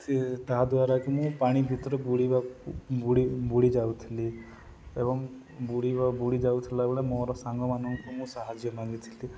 ସେ ତା ଦ୍ୱାରା କି ମୁଁ ପାଣି ଭିତରେ ବୁଡ଼ିବା ବୁଡ଼ି ବୁଡ଼ି ଯାଉଥିଲି ଏବଂ ବୁଡ଼ିବା ବୁଡ଼ି ଯାଉଥିଲା ବେଳେ ମୋର ସାଙ୍ଗମାନଙ୍କୁ ମୁଁ ସାହାଯ୍ୟ ମାଗିଥିଲି